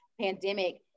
pandemic